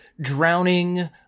drowning